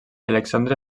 alexandre